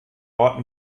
ort